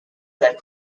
that